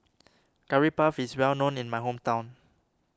Curry Puff is well known in my hometown